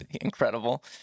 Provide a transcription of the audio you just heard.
incredible